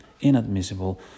inadmissible